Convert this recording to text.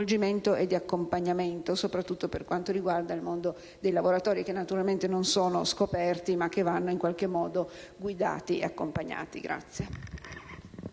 e di accompagnamento, soprattutto per quanto riguarda il mondo dei lavoratori, che naturalmente non sono scoperti, ma vanno in qualche modo guidati e accompagnati.